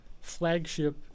flagship